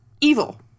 evil